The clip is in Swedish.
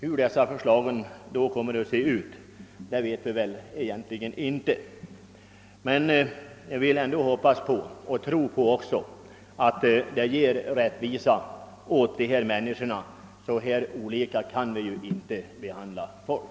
Vi vet väl ingenting om hur detta förslag kommer att se ut, men jag vill ändå hoppas och tro att det kommer att ge rättvisa åt de människor det är fråga om, ty så här olika kan vi inte behandla folk.